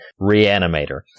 Reanimator